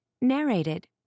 Narrated